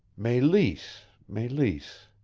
meleese meleese